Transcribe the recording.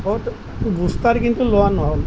booster কিন্তু লোৱা ন'হল